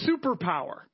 superpower